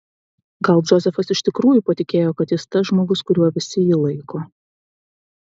gal džozefas iš tikrųjų patikėjo kad jis tas žmogus kuriuo visi jį laiko